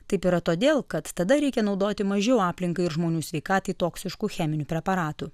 taip yra todėl kad tada reikia naudoti mažiau aplinkai ir žmonių sveikatai toksiškų cheminių preparatų